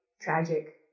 tragic